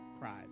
Pride